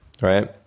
right